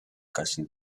casi